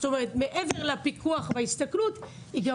זאת אומרת מעבר לפיקוח ולהסתכלות היא גם